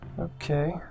okay